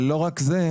אבל לא רק זה,